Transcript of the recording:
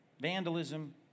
vandalism